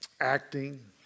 acting